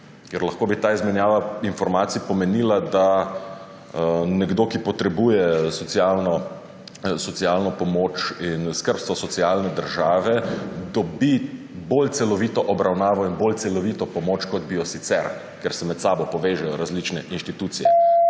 ker lahko bi ta izmenjava informacij pomenila, da nekdo, ki potrebuje socialno pomoč in skrbstvo socialne države, dobi bolj celovito obravnavo in bolj celovito pomoč, kot bi jo sicer, ker se med sabo povežejo različne institucije.